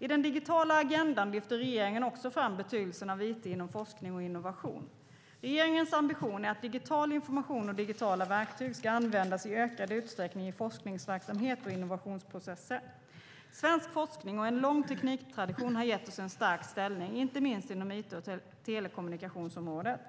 I den digitala agendan lyfter regeringen också fram betydelsen av it inom forskning och innovation. Regeringens ambition är att digital information och digitala verktyg ska användas i ökad utsträckning i forskningsverksamhet och innovationsprocesser. Svensk forskning och en lång tekniktradition har gett oss en stark ställning, inte minst inom it och telekommunikationsområdet.